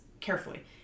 carefully